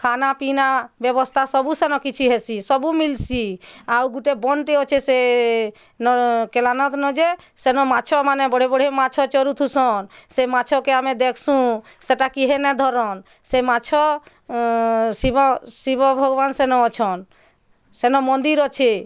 ଖାନା ପିନା ବ୍ୟବସ୍ଥା ସବୁ ସେ ରଖିଛି ହେସି ସବୁ ମିଲ୍ସି ଆଉ ଗୋଟେ ବନ୍ଦ୍ଟେ ଅଛି ସେ ନ ଏକେଲାନାଥ ନ ଯେ ସେନ ମାଛମାନେ ବଢ଼ିଆ ବଢ଼ିଆ ମାଛ ଚରୁ ଥୁସନ୍ ସେ ମାଛ୍କେ ଆମେ ଦେଖ୍ସୁନ୍ ସେଇଟା କିଏ ହେ ନ ଧରନ୍ ସେ ମାଛ ଶିବ ଶିବ ଭଗବାନ୍ ସେନ ଅଛନ୍ ସେନ ମନ୍ଦିର୍ ଅଛି